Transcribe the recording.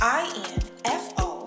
info